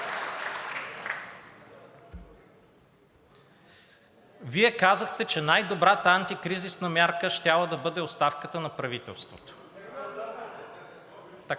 Вие казахте, че най-добрата антикризисна мярка щяла да бъде оставката на правителството.